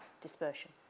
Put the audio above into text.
dispersion